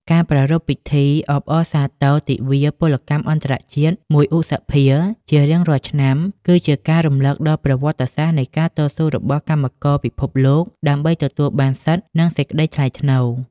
ការប្រារព្ធពិធីអបអរសាទរទិវាពលកម្មអន្តរជាតិ ១ ឧសភា ជារៀងរាល់ឆ្នាំ គឺជាការរំលឹកដល់ប្រវត្តិសាស្ត្រនៃការតស៊ូរបស់កម្មករពិភពលោក ដើម្បីទទួលបានសិទ្ធិ និងសេចក្តីថ្លៃថ្នូរ។